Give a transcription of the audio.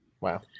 Wow